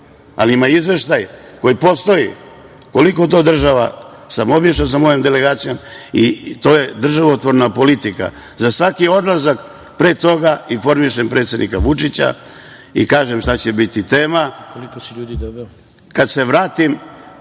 ali ima izveštaj koji postoji koliko sam to država obišao sa mojom delegacijom. To je državotvorna politika. Pred svaki odlazak informišem predsednika Vučića i kažem šta će biti tema. Kad se vratim